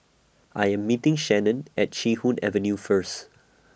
I Am meeting Shannon At Chee Hoon Avenue First